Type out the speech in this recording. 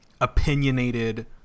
opinionated